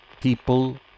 People